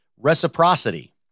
Reciprocity